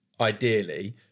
ideally